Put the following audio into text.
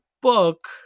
book